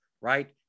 right